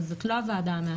וזאת לא הוועדה המאסדרת.